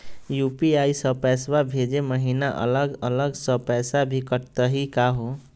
UPI स पैसवा भेजै महिना अलग स पैसवा भी कटतही का हो?